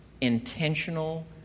intentional